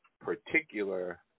particular